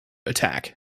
attack